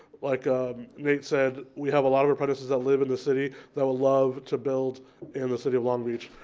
like nick said, we have a lot of apprentices that live in the city that would love to build in the city of long beach.